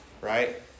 Right